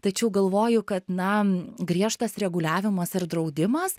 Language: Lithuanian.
tačiau galvoju kad na griežtas reguliavimas ir draudimas